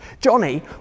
Johnny